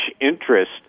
interest